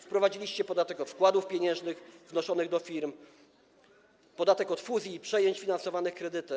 Wprowadziliście podatek od wkładów pieniężnych wnoszonych do firm, podatek od fuzji i przejęć finansowanych kredytem.